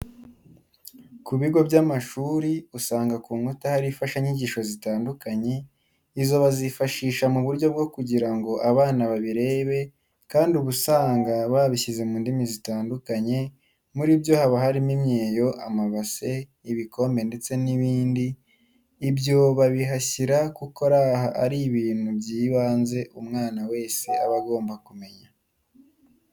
Ku bigo by'amashuri usanga ku nkuta hari imfashanyigisho zitandukanye, izo bazifashisha mu buryo bwo kugira ngo abana babirebe kandi uba usanga babishyize mu ndimi zitandukanye muri byo haba harimo imyeyo, amabase, ibikombe ndetse n'ibindi, ibyo babihashyira kuko aba ari ibintu byibanze umwana wese aba agomba kumenya.